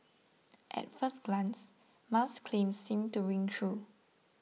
at first glance Musk's claim seems to ring true